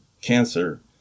cancer